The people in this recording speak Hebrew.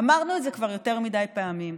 אמרנו את זה כבר יותר מדי פעמים.